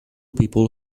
people